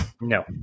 No